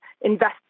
invest